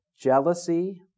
jealousy